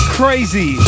crazy